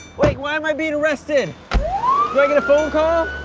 wait, why am i being arrested do i get a phone call